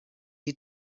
die